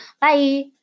Bye